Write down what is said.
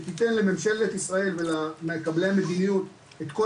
שיתן לממשלת ישראל ולמקבלי המדיניות את כל